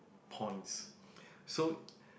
points so